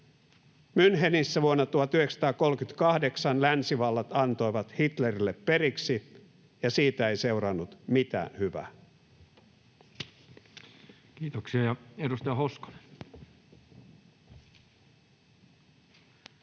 Münchenissä vuonna 1938 länsivallat antoivat Hitlerille periksi, ja siitä ei seurannut mitään hyvää. Kiitoksia. — Edustaja Hoskonen.